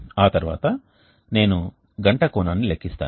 ఆ తర్వాత నేను గంట కోణాన్ని లెక్కిస్తాను